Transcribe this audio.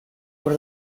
por